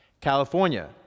California